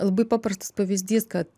labai paprastas pavyzdys kad